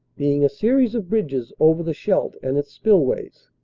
being a series of bridges over the scheidt and its spillways,